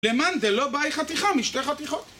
למען זה לא בא לי חתיכה, משתי חתיכות